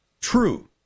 True